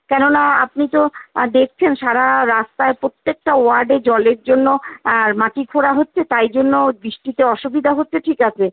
কেননা আপনি তো দেখছেন সারা রাস্তায় প্রত্যেকটা ওয়ার্ডে জলের জন্য আর মাটি খোঁড়া হচ্ছে তাই জন্য বৃষ্টিতে অসুবিধা হচ্ছে ঠিক আছে